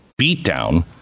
beatdown